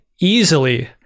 easily